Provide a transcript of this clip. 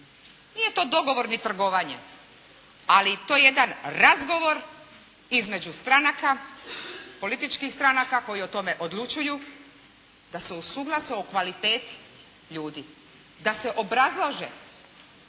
nije to dogovor ni trgovanje, ali to je jedan razgovor između stranka, političkih stranaka koji o tome odlučuju da se usuglase o kvaliteti ljudi. Da se obrazlaže,